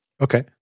Okay